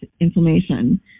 inflammation